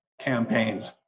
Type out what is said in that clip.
campaigns